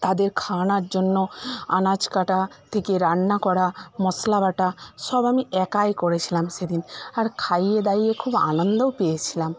তাদের খাওয়ানার জন্য আনাজ কাটা থেকে রান্না করা মশলা বাটা সব আমি একাই করেছিলাম সেদিন আর খাইয়ে দাইয়ে খুব আনন্দও পেয়েছিলাম